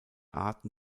arten